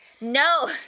No